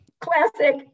classic